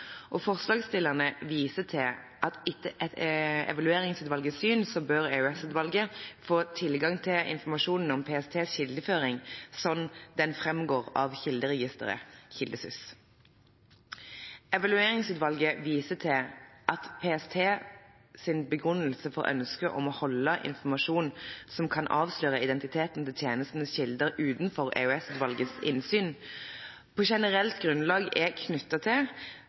informasjon. Forslagsstillerne viser til at etter evalueringsutvalgets syn bør EOS-utvalget få tilgang til informasjonen om PSTs kildeføring, slik den fremgår av kilderegisteret KildeSys. Evalueringsutvalget viser til at PSTs begrunnelse for ønsket om å holde informasjon som kan avsløre identiteten til tjenestens kilder, utenfor EOS-utvalgets innsyn, på generelt grunnlag er knyttet til